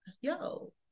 yo